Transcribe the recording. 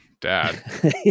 dad